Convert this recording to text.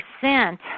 percent